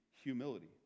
humility